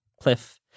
Cliff